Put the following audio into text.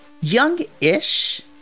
young-ish